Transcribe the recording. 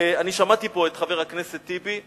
אני שמעתי פה את חבר הכנסת טיבי,